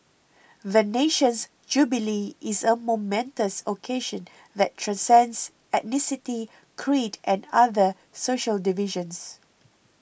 the nation's jubilee is a momentous occasion that transcends ethnicity creed and other social divisions